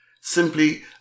simply